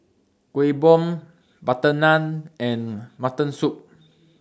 Kuih Bom Butter Naan and Mutton Soup